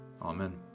Amen